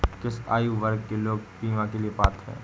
किस आयु वर्ग के लोग बीमा के लिए पात्र हैं?